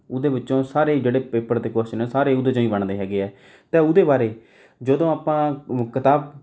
ਉਹਦੇ ਵਿੱਚੋਂ ਸਾਰੇ ਹੀ ਜਿਹੜੇ ਪੇਪਰ ਦੇ ਕੁਆਸ਼ਨ ਆ ਸਾਰੇ ਉਹਦੇ ਚੋਂ ਹੀ ਬਣਦੇ ਹੈਗੇ ਹੈ ਅਤੇ ਉਹਦੇ ਬਾਰੇ ਜਦੋਂ ਆਪਾਂ ਕਿਤਾਬ